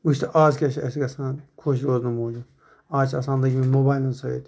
وُچھ نہٕ اَز کیٛاہ چھُ اَسہِ گژھان خۄش روزنہٕ موجُوب اَز چھِ آسان لٔگمٕتۍ موبایلَن سٟتۍ